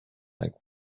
like